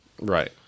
right